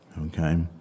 okay